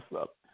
up